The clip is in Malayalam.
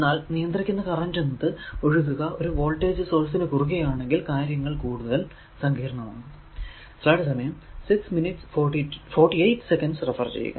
എന്നാൽ നിയന്ത്രിക്കുന്ന കറന്റ് എന്നത് ഒഴുകുക ഒരു വോൾടേജ് സോഴ്സ് നു കുറുകെ ആണെങ്കിൽ കാര്യങ്ങൾ കൂടുതൽ സങ്കീർണമാകും